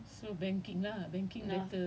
cause he's a business student engineering student